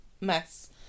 mess